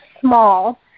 small